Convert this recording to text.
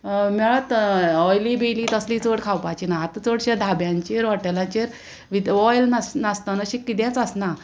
मेळत oily bean ही तसली चड खावपाची ना आतां चडशे धाब्यांचेर हॉटेलाचेर विथ ऑयल नास नासतना अशें किदेंच आसना